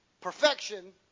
perfection